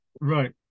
Right